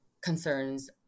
concerns